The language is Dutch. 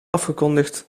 afgekondigd